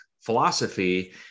philosophy